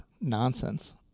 nonsense